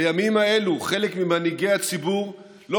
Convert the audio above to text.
בימים האלה חלק ממנהיגי הציבור לא